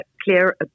clear